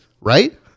right